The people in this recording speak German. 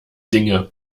dinge